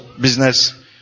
business